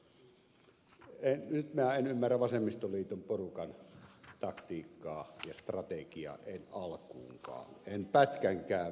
nyt minä en ymmärrä vasemmistoliiton porukan taktiikkaa ja strategiaa en alkuunkaan en pätkänkään vertaa